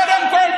קודם כול,